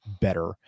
better